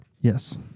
Yes